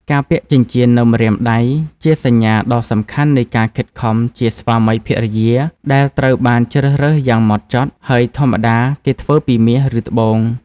ការពាក់ចិញ្ចៀននៅម្រាមដៃ ជាសញ្ញាដ៏សំខាន់នៃការខិតខំជាស្វាមីភរិយា ដែលត្រូវបានជ្រើសរើសយ៉ាងម៉ត់ចត់ ហើយធម្មតាគេធ្វើពីមាស ឬត្បូង។